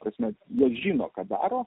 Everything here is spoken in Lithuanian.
kasmet jos žino ką daro